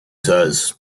says